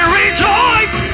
rejoice